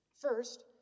First